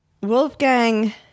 Wolfgang